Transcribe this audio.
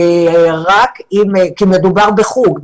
כי מדובר בחוג,